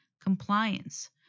compliance